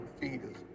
feeders